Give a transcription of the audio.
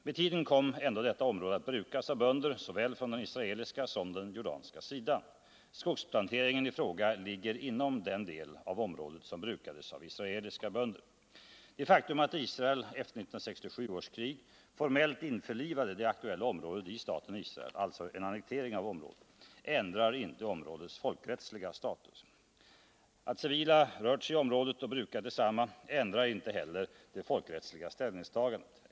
Med tiden kom ändå detta område att brukas av bönder såväl från den israeliska som från den jordanska sidan. Skogsplanteringen i fråga ligger inom den del av området som brukades av israeliska bönder. Det faktum att Israel efter 1967 års krig formellt införlivade det aktuella området i staten Israel — alltså en annektering av område — ändrar inte områdets folkrättsliga status. Att civila rört sig i området och brukat detsamma ändrar inte heller det folkrättsliga ställningstagandet.